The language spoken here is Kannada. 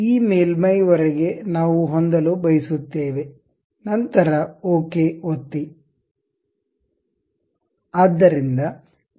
ಈ ಮೇಲ್ಮೈಯವರೆಗೆ ನಾವು ಹೊಂದಲು ಬಯಸುತ್ತೇವೆ ನಂತರ ಓಕೆ ಒತ್ತಿ